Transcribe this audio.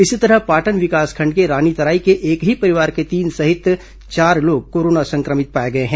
इसी तरह पाटन विकासखंड के रानीतराई में एक ही परिवार के तीन सहित चार लोग कोरोना संक्रमित पाए गए हैं